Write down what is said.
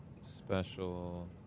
special